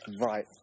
Right